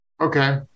Okay